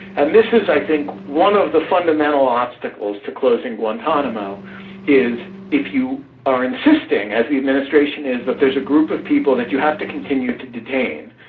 and this is, i think one of the fundamental obstacles to closing guantanamo is if you are insisting as the administration is, that but there's a group of people that you have to continue to detain,